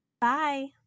Bye